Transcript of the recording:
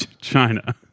China